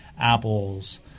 apples